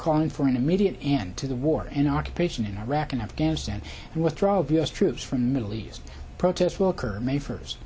calling for an immediate end to the war and occupation in iraq and afghanistan and withdrawal of u s troops from the middle east protests will occur may first